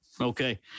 okay